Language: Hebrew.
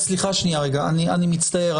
--- מכובדיי, סליחה, אני מצטער.